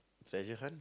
treasure hunt